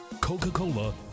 Coca-Cola